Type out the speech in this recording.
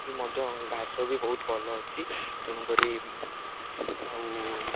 ବି ମଧ୍ୟ ଘାସ ବି ବହୁତ ଭଲ ଅଛି ତେଣୁକରି ଆଉ